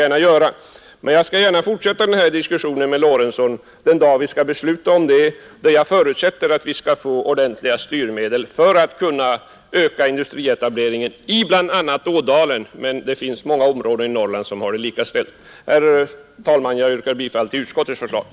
Jag skall emellertid gärna fortsätta den här diskussionen med herr Lorentzon den dag vi skall fatta beslut, och jag förutsätter som sagt att vi då skall få ordentliga styrmedel för att öka industrietableringen i bl.a. Ådalen — det finns många andra områden i Norrland som har det lika ställt. Herr talman! Jag yrkar bifall till utskottets hemställan.